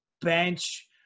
bench